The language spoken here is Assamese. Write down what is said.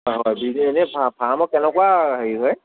অ এনে ফা ফাৰ্মৰ কেনেকুৱা হেৰি হয়